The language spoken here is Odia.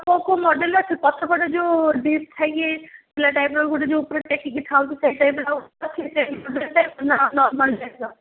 କେଉଁ କେଉଁ ମଡ଼େଲର ଅଛି ପଛ ପଟେ ଯେଉଁ ଡିପ୍ ଥାଇକି ଟାଇପ୍ର ଗୋଟେ ଯେଉଁ ଉପରୁ ଟେକିକି ଥାଉଛି ସେଇ ଟାଇପ୍ର ସେଇ ମଡ଼େଲ୍ଟା ନା ନର୍ମାଲ୍ ଟାଇପ୍ର